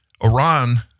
Iran